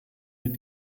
mit